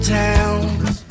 towns